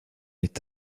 est